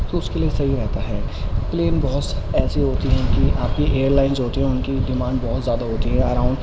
تو اس کے لیے صحیح رہتا ہے پلین بہت سی ایسی ہوتی ہیں کہ آپ کی ایئر لائن جو ہوتی ہیں ان کی ڈیمانڈ بہت زیادہ ہوتی ہے اراؤنڈ